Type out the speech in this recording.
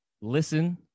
listen